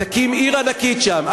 תקים עיר ענקית שם.